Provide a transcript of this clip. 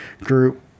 group